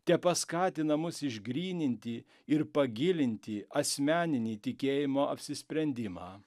tepaskatina mus išgryninti ir pagilinti asmeninį tikėjimo apsisprendimą